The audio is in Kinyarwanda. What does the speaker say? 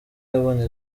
yabonye